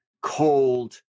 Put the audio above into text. cold